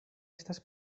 estas